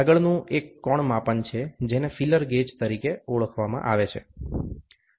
આગળનું એક કોણ માપન છે જેને ફીલર ગેજ કહેવામાં આવે છે